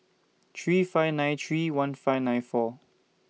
three five nine three one five nine four